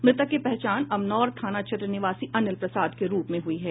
मृतक की पहचान अमनौर थाना क्षेत्र निवासी अनिल प्रसाद के रूप में हुई है